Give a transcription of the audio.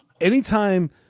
anytime